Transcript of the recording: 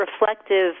reflective